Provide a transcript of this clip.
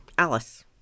Alice